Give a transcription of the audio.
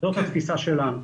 זאת התפיסה שלנו.